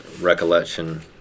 recollection